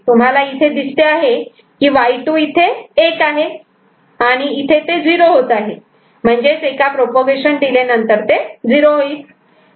तुम्हाला इथे दिसते आहे की Y2 इथे एक आहे आणि इथे ते 0 होत आहे म्हणजेच एका प्रोपागेशन डिले नंतर ते 0 होईल